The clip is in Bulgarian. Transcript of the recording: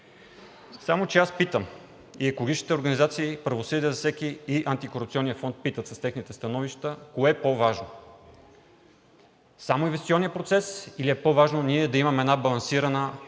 Само че аз питам, и екологичните организации, и „Правосъдие за всеки“, и Антикорупционният фонд питат с техните становища – кое е по-важно, само инвестиционният процес, или е по-важно ние да имаме една балансирана